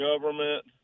government